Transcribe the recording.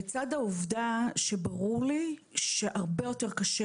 לצד העובדה שברור לי שהרבה יותר קשה